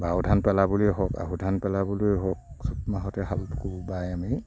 বাও ধান পেলাবলৈ হওক আহু ধান পেলাবলৈ হওক চ'ত মাহতে হাল কোৰ বাই আমি